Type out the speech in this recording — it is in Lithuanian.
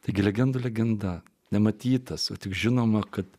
taigi legenda legenda nematytas o tik žinoma kad